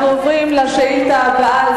לא, לא, לא, אנחנו סיימנו את זה כרגע.